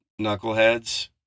knuckleheads